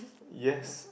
yes